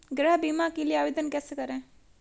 गृह बीमा के लिए आवेदन कैसे करें?